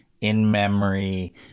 in-memory